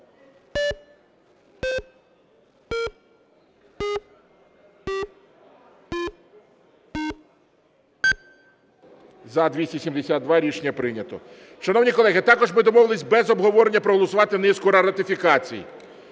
За-272 Рішення прийнято. Шановні колеги, також ми домовились без обговорення проголосувати низку ратифікацій.